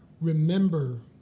remember